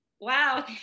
Wow